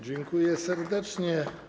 Dziękuję serdecznie.